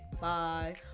bye